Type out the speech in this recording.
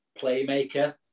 playmaker